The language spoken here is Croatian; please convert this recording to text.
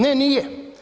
Ne nije.